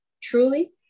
truly